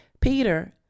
Peter